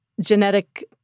genetic